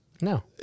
No